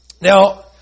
Now